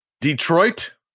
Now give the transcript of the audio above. Detroit